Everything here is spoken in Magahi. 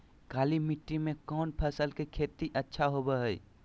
काली मिट्टी में कौन फसल के खेती अच्छा होबो है?